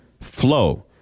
flow